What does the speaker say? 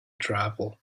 travel